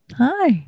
hi